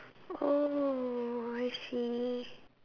oh I see